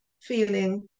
feeling